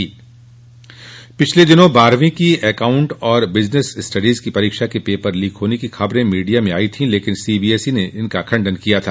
गौरतलब है कि पिछले दिनों बारहवीं की एकाउंट और बिजनेस स्टडीज की परीक्षा के पेपर लीक होने की खबरें मीडिया में आयी थीं लेकिन सीबीएसई ने इनका खंडन किया था